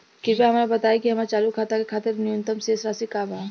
कृपया हमरा बताइ कि हमार चालू खाता के खातिर न्यूनतम शेष राशि का बा